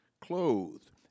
clothed